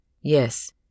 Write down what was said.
Yes